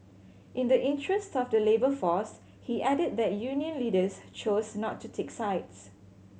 in the interest of the labour force he added that union leaders chose not to take sides